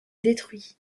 détruits